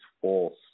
false